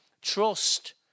trust